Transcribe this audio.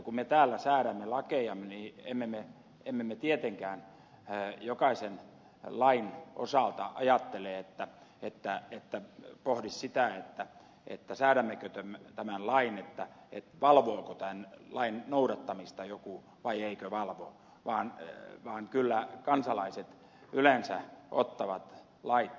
kun me täällä säädämme lakeja niin emme me tietenkään jokaisen lain osalta ajattele pohdi sitä säädämmekö tämän lain valvooko tämän lain noudattamista joku vai eikö valvo vaan kyllä kansalaiset yleensä ottavat lait tosissaan